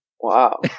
Wow